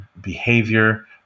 behavior